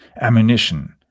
ammunition